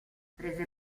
prese